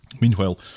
Meanwhile